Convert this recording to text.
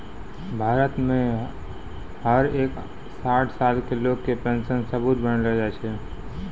भारत मे हर एक साठ साल के लोग के पेन्शन सबूत बनैलो जाय छै